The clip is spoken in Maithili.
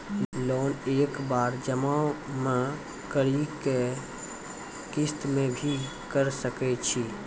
लोन एक बार जमा म करि कि किस्त मे भी करऽ सके छि?